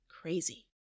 crazy